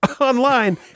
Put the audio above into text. Online